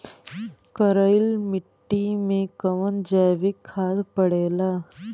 करइल मिट्टी में कवन जैविक खाद पड़ेला?